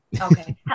okay